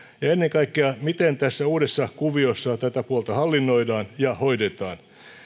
ja ennen kaikkea miten tässä uudessa kuviossa tätä puolta hallinnoidaan ja hoidetaan